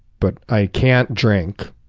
but i can't drink,